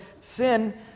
sin